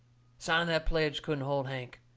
signing the pledge couldn't hold hank.